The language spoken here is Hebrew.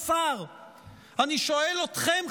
אני שואל אותך,